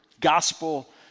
gospel